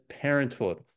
parenthood